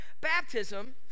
Baptism